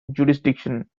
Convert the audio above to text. jurisdiction